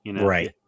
Right